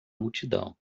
multidão